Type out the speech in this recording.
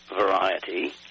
variety